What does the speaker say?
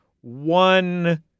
one